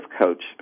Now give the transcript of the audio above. coach